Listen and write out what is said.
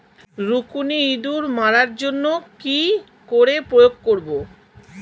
রুকুনি ইঁদুর মারার জন্য কি করে প্রয়োগ করব?